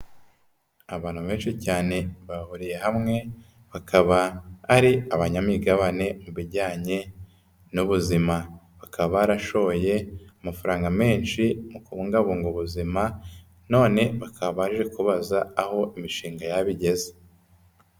Abantu benshi cyane bahuriye hamwe, bakaba ari abanyamigabane mu bijyanye n'ubuzima, bakaba barashoye amafaranga menshi mu kubungabunga ubuzima none bakaba baje kubaza aho imishinga yabo igeze.